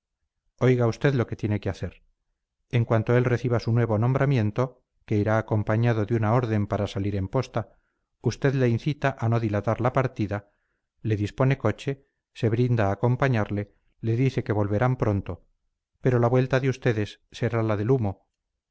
oiga usted lo que tiene que hacer en cuanto él reciba su nuevo nombramiento que irá acompañado de una orden para salir en posta usted le incita a no dilatar la partida le dispone coche se brinda a acompañarle le dice que volverán pronto pero la vuelta de ustedes será la del humo